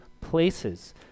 places